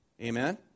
Amen